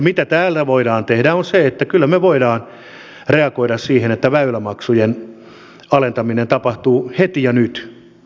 mitä täällä voidaan tehdä on se että kyllä me voimme reagoida siihen että väylämaksujen alentaminen tapahtuu heti ja nyt